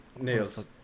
Nails